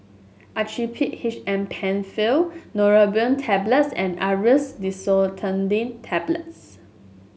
Actrapid H M Penfill Neurobion Tablets and Aerius DesloratadineTablets